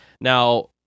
Now